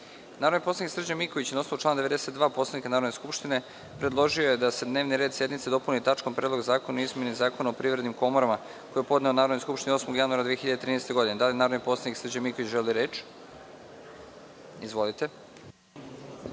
predlog. Narodni poslanik Srđan Miković, na osnovu člana 92. Poslovnika Narodne skupštine, predložio je da se dnevni red sednice dopuni tačkom - Predlog zakona o izmeni Zakona o privrednim komorama, koji je podneo Narodnoj skupštini 8. januara 2013. godine. Da li narodni poslanik Srđan Miković želi reč? (Da)Izvolite.